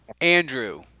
Andrew